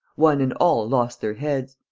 one and all lost their heads.